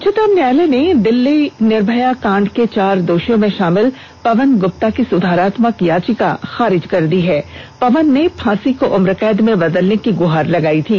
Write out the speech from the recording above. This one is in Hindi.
उच्चतम न्यायालय ने दिल्ली निर्भया कांड के चार दोषियों में शामिल पवन गुप्ता की सुधारात्मक याचिका खारिज कर दी है पवन ने फांसी को उम्रकैद में बदलने की गुहार लगाई थी